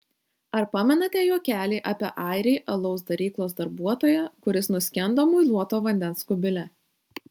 ar pamenate juokelį apie airį alaus daryklos darbuotoją kuris nuskendo muiluoto vandens kubile